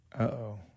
Uh-oh